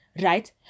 Right